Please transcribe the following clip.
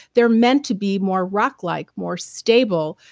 they're meant to be more rocklike, more stable,